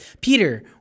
Peter